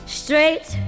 straight